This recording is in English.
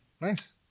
Nice